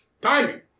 timing